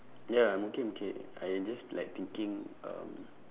ya I'm okay okay I just like thinking um